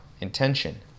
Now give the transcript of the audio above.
Intention